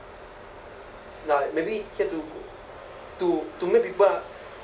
ya maybe he have to to make people uh